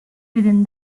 within